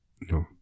No